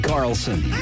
Carlson